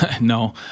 No